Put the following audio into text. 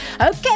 Okay